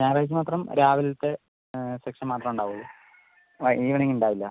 ഞായറാഴ്ച്ച മാത്രം രാവിലത്തെ സെക്ഷൻ മാത്രം ഉണ്ടാവുകയുള്ളൂ ആ ഈവനിംഗ് ഉണ്ടാവില്ല